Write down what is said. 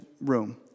room